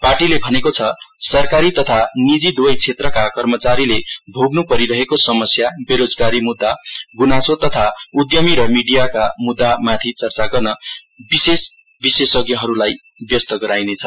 पार्टीले भनेको छ सरकारी तथा नीजि दुबै क्षेत्रका कर्मचारीले भोग्नुपरिरहेको समस्या बेरोजगारी मुद्दा गुनासो तथा उद्यमी र मिडियाका मुद्दामाथि चर्चा गर्न विशेषज्ञहरूलाई व्यस्त गराइनेछ